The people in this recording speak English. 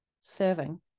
serving